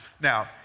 Now